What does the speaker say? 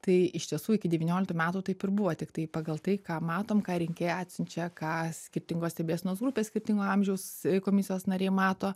tai iš tiesų iki devynioliktų metų taip ir buvo tiktai pagal tai ką matom ką rinkėjai atsiunčia ką skirtingos stebėsenos grupės skirtingo amžiaus komisijos nariai mato